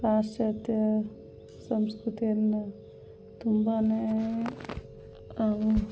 ಪಾಶ್ಚಾತ್ಯ ಸಂಸ್ಕೃತಿಯನ್ನು ತುಂಬನೇ